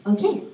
Okay